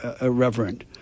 irreverent